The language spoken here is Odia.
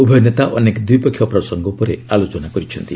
ଉଭୟ ନେତା ଅନେକ ଦ୍ୱିପକ୍ଷିୟ ପ୍ରସଙ୍ଗ ଉପରେ ଆଲୋଚନା କରିଛନ୍ତି